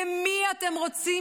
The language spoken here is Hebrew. למי אתם רוצים